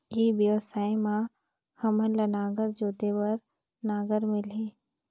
ई व्यवसाय मां हामन ला नागर जोते बार नागर मिलही?